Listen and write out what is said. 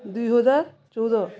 ଦୁଇହଜାର ଚଉଦ